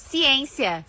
Ciência